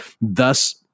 thus